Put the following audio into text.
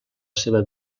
seva